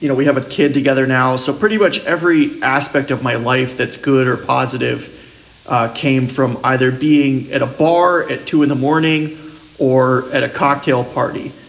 you know we have a kid together now. so pretty much every aspect of my life that's good or positive came from either being at a bar at two zero in the morning or at a cocktail party.